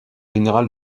général